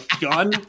gun